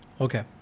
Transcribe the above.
Okay